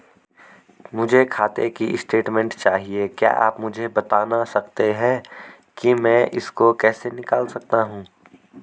मुझे खाते की स्टेटमेंट चाहिए क्या आप मुझे बताना सकते हैं कि मैं इसको कैसे निकाल सकता हूँ?